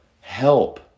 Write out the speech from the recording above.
help